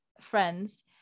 friends